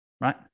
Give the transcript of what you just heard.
right